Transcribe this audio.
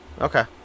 Okay